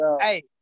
Hey